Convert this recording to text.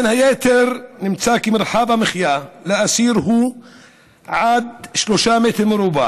בין היתר, נמצא כי מרחב המחיה לאסיר הוא עד 3 מ"ר,